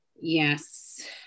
Yes